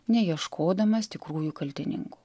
neieškodamas tikrųjų kaltininkų